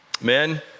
Men